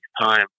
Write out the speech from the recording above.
time